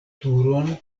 turon